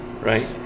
right